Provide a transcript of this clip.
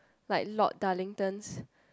like Lord Darlington's